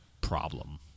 problem